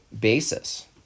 basis